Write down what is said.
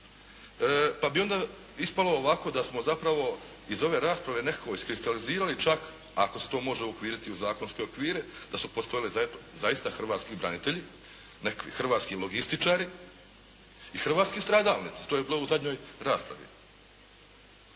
Pa bi onda ispalo ovako da smo zapravo iz ove rasprave nekako iskristalizirali čak ako se to može uokviriti u zakonske okvire, da su postojali zaista hrvatski branitelji, nekakvi hrvatski logističari i hrvatski stradalnici. To je bilo u zadnjoj raspravi.